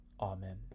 Amen